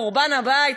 חורבן הבית.